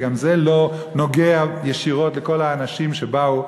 וגם זה לא נוגע ישירות לכל האנשים שבאו,